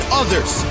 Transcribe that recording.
others